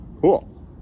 Cool